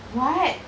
what